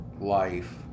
life